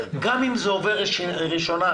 עובר ראשונה,